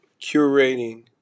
curating